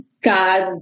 God's